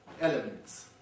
elements